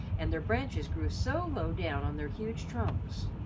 and their branches grew so low down on their huge trunks.